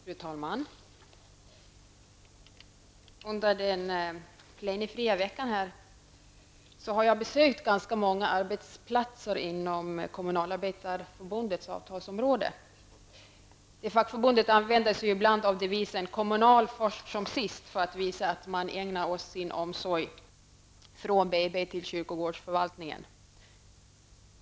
Fru talman! Under den plenifria veckan har jag besökt ganska många arbetsplatser inom Kommunalarbetareförbundets avtalsområde. Det fackförbundet använder sig ibland av divisen: Kommunal först som sist, för att visa att man ägnar oss sin omsorg från BB till kyrkogårdsförvaltningen.